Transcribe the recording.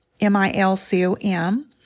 M-I-L-C-O-M